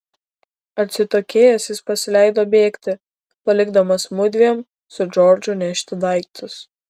atsitokėjęs jis pasileido bėgti palikdamas mudviem su džordžu nešti daiktus